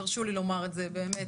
תרשו לי לומר את זה באמת,